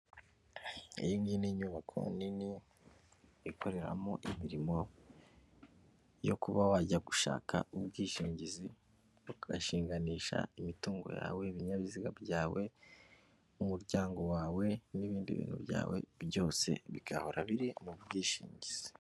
Iyi ni inyubako nini ikoreramo imirimo yo kuba wajya gushaka ubwishingizi ugashinganisha imitungo yawe, ibinyabiziga byawe, n'umuryango wawe n'ibindi bintu byawe byose bigahora biri mu bwishingizi.